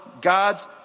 God's